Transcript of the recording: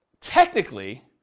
technically